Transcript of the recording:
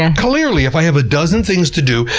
and clearly, if i have a dozen things to do,